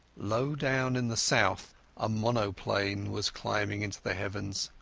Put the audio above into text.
low down in the south a monoplane was climbing into the heavens.